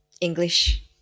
English